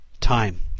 time